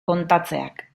kontatzeak